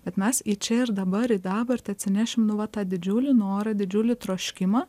bet mes jį čia ir dabar į dabartį atsinešim nu va tą didžiulį norą didžiulį troškimą